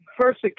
First